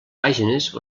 pàgines